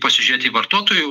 pasižėt į vartotojų